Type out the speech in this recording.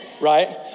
Right